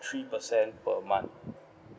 three percent per month